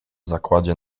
zakładzie